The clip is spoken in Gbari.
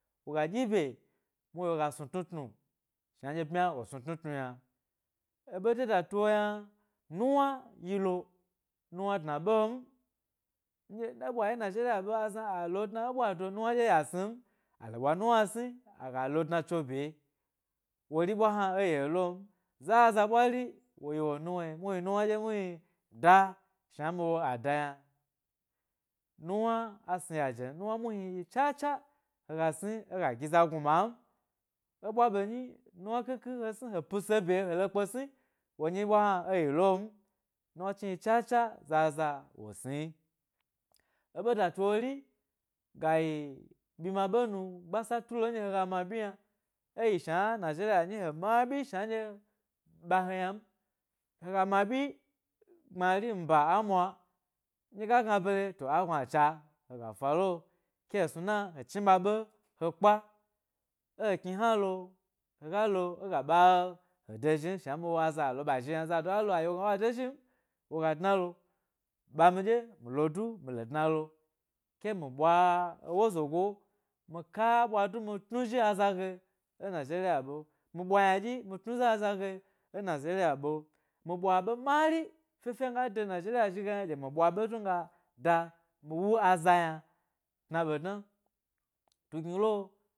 Woga ɗyi bye muhni woga snu tnu tnu shua nɗye bmya ɗye wo snu tnutnu yna, e bedetu wo yma, nuwn yilo, nunna dna ɓem nɗye e bwayi e nigeria ɓe azana a lo'dna e ɓwado nunna ɗye ye'o a snim. alo ɓwa nuwna asni aga lo ɗna cho bye wori ɓwa hna eye lo m, zaza ɓwari wo yi wo nuwna, muhni nuwna gyemuhni da shna miwo ada yna nuwna asni yajem, nuwna muhni yi chacha hega sni e ga gi za gnu mam e ɓwa ɓe nyi nuwna khikhi he sni he pise bye helo kpe sni wori ɓwa hna eyi lo m, nuwna chni yi chacha zaza wo sni. Eɓe datu wori, gayi byi ma ɓe nu gbasa tu'o nɗye hega ma byi yna eyi shua nigeria nyi he mawna ɓyi shna nɗye ɓa he yna m, he ga ma byi gbmari mba a mwa, n ɗye ga gna bare to a gnuacha hega fa lo, ke he snima he chni ɓa ɓe he kpa ekni hnalo hega lo eya ɓa he he de zhim shna nɗye mi wo aza lo ba zhi yna, zado lo aɗye wogna woga de zhim, woga dnalo ɓami ɗye mi lo du mi lo dnalo, ke mi ɓwa ewo zogo mi ka ɓwa du mi tnu zhi aza ge ė nigeria ɓe, mi ynaɗyi mi tnu zhi aza ge e nigeria ɓe, mi ɓwa eɓe mari, fye fye mi ga de nigeria zhi ge yna mi ɓwa ɓe du miga da mi wu aza yna tna ɓe dna tu gni lo.